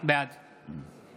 בעד